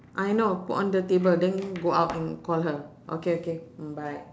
I know put on the table then go out and call her okay okay mm bye